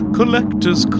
Collectors